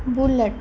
bullet